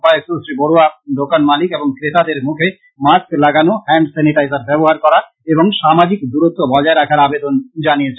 উপায়ুক্ত শ্রী বরুয়া দোকান মালিক এবং ক্রেতাদের মুখে মাস্ক লাগানো হ্যান্ড স্যানিটাইজার ব্যবহার করা এবং সামাজিক দূরত্ব বজায় রাখার আবেদন জানিয়েছেন